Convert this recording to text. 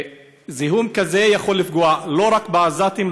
זיהום כזה יכול לפגוע לא רק בעזתים,